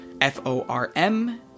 F-O-R-M